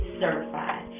certified